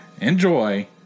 Enjoy